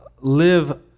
live